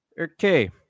okay